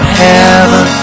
heaven